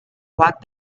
walked